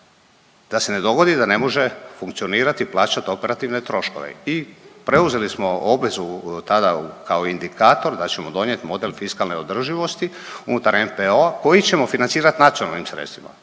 da se ne dogodi da ne može funkcionirati i plaćati operativne troškove. I preuzeli smo obvezu tada kao indikator da ćemo donijet model fiskalne održivosti unutar NPO-a koji ćemo financirat nacionalnim sredstvima.